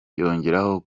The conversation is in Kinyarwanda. yongeraho